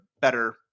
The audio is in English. better